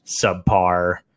subpar